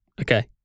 Okay